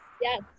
yes